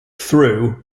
threw